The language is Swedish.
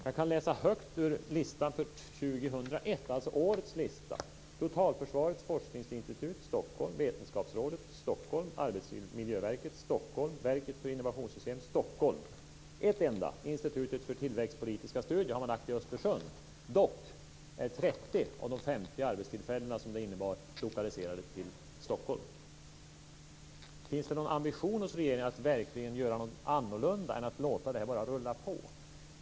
Jag kan läsa högt ur listan för 2001, alltså årets lista: Ett enda, Institutet för tillväxtpolitiska studier har man lagt i Östersund. Dock är 30 av de 50 arbetstillfällen som det innebar lokaliserade till Stockholm. Finns det någon ambition hos regeringen att verkligen göra något annorlunda än att låta detta bara rulla på?